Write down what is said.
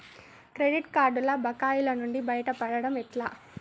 Credit కార్డుల బకాయిల నుండి బయటపడటం ఎట్లా?